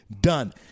done